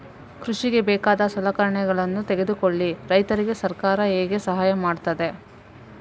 ಕೃಷಿಗೆ ಬೇಕಾದ ಸಲಕರಣೆಗಳನ್ನು ತೆಗೆದುಕೊಳ್ಳಿಕೆ ರೈತರಿಗೆ ಸರ್ಕಾರ ಹೇಗೆ ಸಹಾಯ ಮಾಡ್ತದೆ?